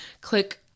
Click